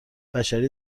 بشری